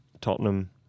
Tottenham